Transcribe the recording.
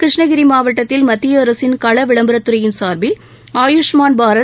கிருஷ்ணகிரி மாவட்டத்தில் மத்திய அரசின் களவிளம்பரத் துறையின் சார்பில் ஆயுஷ்மான் பாரத்